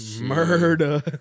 Murder